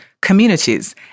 communities